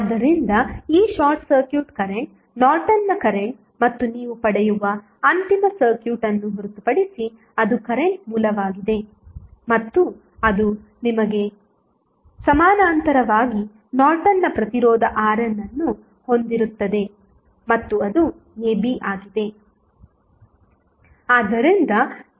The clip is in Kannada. ಆದ್ದರಿಂದ ಈ ಶಾರ್ಟ್ ಸರ್ಕ್ಯೂಟ್ ಕರೆಂಟ್ ನಾರ್ಟನ್ನ ಕರೆಂಟ್ ಮತ್ತು ನೀವು ಪಡೆಯುವ ಅಂತಿಮ ಸರ್ಕ್ಯೂಟ್ ಅನ್ನು ಹೊರತುಪಡಿಸಿ ಅದು ಕರೆಂಟ್ ಮೂಲವಾಗಿದೆ ಮತ್ತು ಅದು ನಿಮಗೆ ಸಮಾನಾಂತರವಾಗಿ ನಾರ್ಟನ್ನ ಪ್ರತಿರೋಧ RN ಅನ್ನು ಹೊಂದಿರುತ್ತದೆ ಮತ್ತು ಅದು ab ಆಗಿದೆ